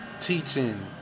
teaching